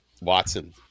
Watson